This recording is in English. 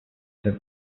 that